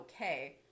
okay